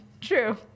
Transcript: true